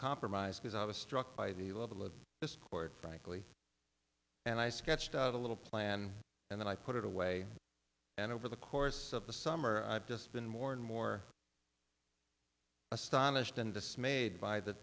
compromise because i was struck by the level of the sport frankly and i sketched out a little plan and i put it away and over the course of the summer i've just been more and more astonished and dismayed by the